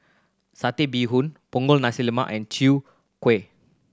Satay Bee Hoon Punggol Nasi Lemak and Chwee Kueh